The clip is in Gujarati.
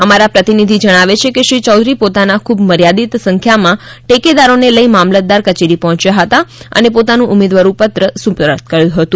અમારા પ્રતિનિધિ જણાવે છે કે શ્રી ચૌધરી પોતાના ખૂબ મર્યાદિત સંખ્યામાં ટેકેદારોને લઈ મામલતદાર કચેરી પહોંચ્યા હતા અને પોતાનું ઉમેદવારી પત્ર સુપ્રત કર્યું હતું